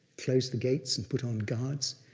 close the gates and put on guards.